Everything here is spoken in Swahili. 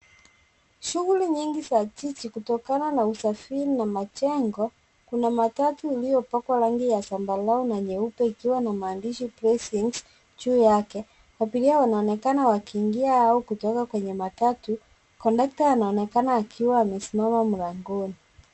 Shuguli nyingi za jiji kutokana na usafiri na majengo, Kuna matatu iliyopakwa rangi ya zambarau na nyeupe ikiwa na maandishi blessings juu yake. Abiria wanaonekana wakiingia au kutoka kwenye matatu. Kondakta anaonekana akiwa amesimama mlangoni.